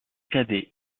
cadet